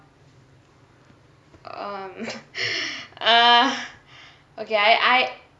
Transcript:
um err okay I I